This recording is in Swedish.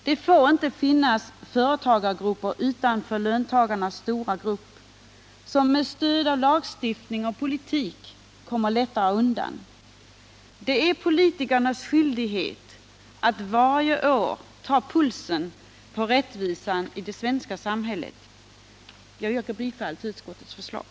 Det får inte finnas företagargrupper utanför löntagarnas stora grupp som med stöd av lagstiftning och politik kommer lättare undan. Det är politikernas skyldighet att varje år ta pulsen på rättvisan i det svenska samhället. Jag yrkar bifall till utskottets förslag.